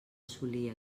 assolir